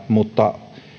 mutta